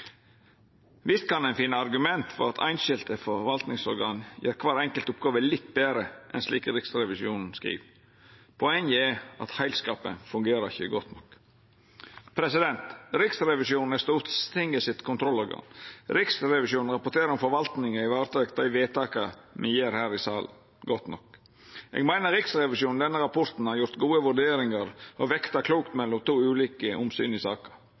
Visst kan ein finne argument for at einskilde forvaltingsorgan gjer kvar enkelt oppgåve litt betre enn slik Riksrevisjonen skriv. Poenget er at heilskapen ikkje fungerer godt nok. Riksrevisjonen er Stortingets kontrollorgan. Riksrevisjonen rapporterer om forvaltinga godt nok tek hand om dei vedtaka me gjer her i salen. Eg meiner Riksrevisjonen i denne rapporten har gjort gode vurderingar og vekta klokt mellom to ulike omsyn i